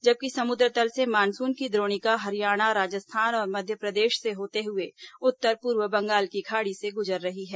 जबकि समुद्र तल से मानसून की द्रोणिका हरियाणा राजस्थान और मध्यप्रदेश से होते हुए उत्तर पूर्व बंगाल की खाड़ी से गुजर रही है